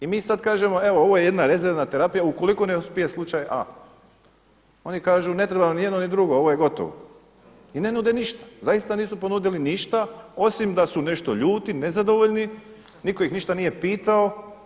I mi sada kažemo evo ovo je jedna rezervna terapija ukoliko ne uspije slučaj A. Oni kažu ne trebamo ni jedno ni drugo, ovo je gotovo i ne nude ništa, zaista nisu ponudili ništa osim da su nešto ljuti, nezadovoljni, nitko ih ništa nije pitao.